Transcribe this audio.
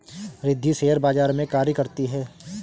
Riddhi share बाजार में कार्य करती है